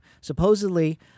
supposedly